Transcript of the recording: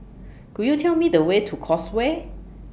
Could YOU Tell Me The Way to Causeway